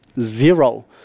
Zero